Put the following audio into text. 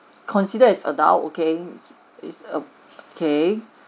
consider as adult okay is a okay